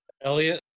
Elliot